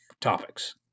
topics